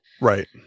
Right